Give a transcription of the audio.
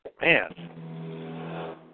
Man